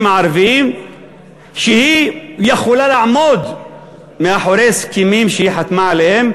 הערביים שהיא יכולה לעמוד מאחורי הסכמים שהיא חתמה עליהם,